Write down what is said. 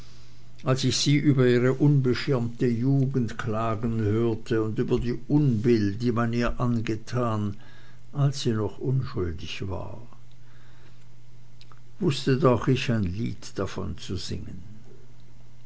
als ich sie über ihre unbeschirmte jugend klagen hörte und über die unbill die man ihr angetan als sie noch unschuldig war wußte doch auch ich ein lied davon zu singen